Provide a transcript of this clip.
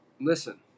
Listen